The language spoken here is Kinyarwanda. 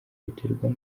biterwa